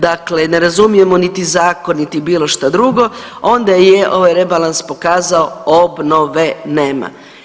Dakle, ne razumijemo niti zakon, niti bilo šta drugo onda je ovaj rebalans pokazao obnove nema.